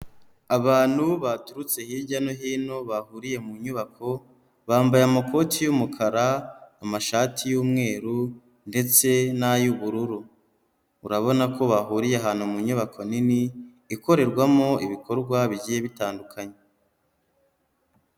Abantu baturutse hirya no hino bahuriye mu nyubako bambaye amakoti y'umukara, amashati y'umweru ndetse n'ay'ubururu, urabona ko bahuriye ahantu mu nyubako nini ikorerwamo ibikorwa bigiye bitandukanye.